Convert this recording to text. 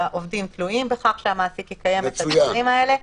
והעובדים תלויים בכך שהמעסיק יקיים את הדברים האלה.